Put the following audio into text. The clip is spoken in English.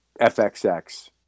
FXX